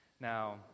Now